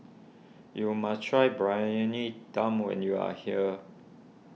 you must try Briyani Dum when you are here